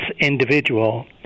individual